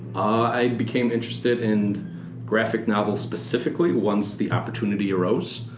i became interested in graphic novels, specifically, once the opportunity arose.